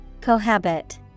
cohabit